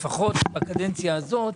לפחות בקדנציה הזאת,